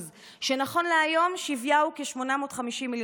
שנכון להיום שווייה הוא כ-850 מיליון שקלים.